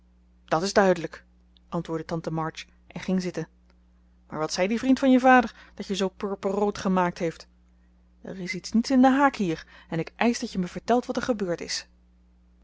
dat is duidelijk antwoordde tante march en ging zitten maar wat zei die vriend van je vader dat je zoo purperrood gemaakt heeft er is iets niet in den haak hier en ik eisch dat je me vertelt wat er gebeurd is